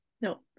no